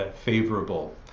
favorable